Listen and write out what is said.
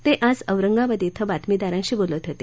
ते आज औरंगाबाद क्वे बातमीदारांशी बोलत होते